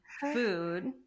food